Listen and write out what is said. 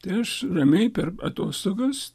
tai aš ramiai per atostogas